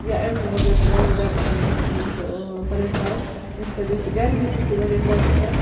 یا امہِ وَغٲر چھ واریاہ زیادٕ پلیٹ فارَم ییٚمہِ سۭتۍ أسۍ گَرِ بِہتی چھِ واریاہ زیادٕ ہیٚچھان